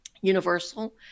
universal